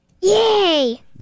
Yay